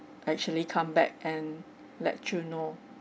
actually come back and let you know